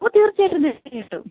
ഓ തീർച്ചയായിട്ടും തീർച്ചയായിട്ടും